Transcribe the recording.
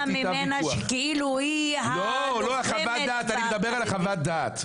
כאילו שהיא --- אני מדבר על חוות הדעת.